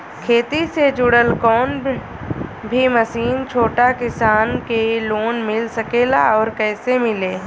खेती से जुड़ल कौन भी मशीन छोटा किसान के लोन मिल सकेला और कइसे मिली?